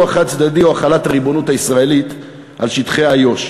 חד-צדדי או החלת הריבונות הישראלית על שטחי איו"ש.